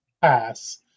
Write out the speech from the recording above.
pass